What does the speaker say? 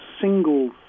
single